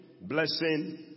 Blessing